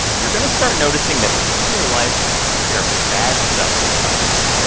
you're going to start noticing that people in your life share bad stuff sometimes.